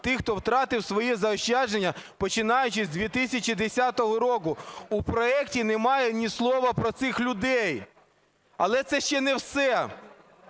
тих, хто втратив свої заощадження, починаючи з 2010 року. У проекті немає ні слова про цих людей. Але це ще не все.